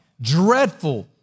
dreadful